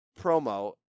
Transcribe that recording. promo